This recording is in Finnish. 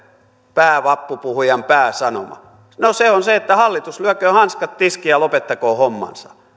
päävappupuhujan pääsanoma no se on se että hallitus lyököön hanskat tiskiin ja lopettakoon hommansa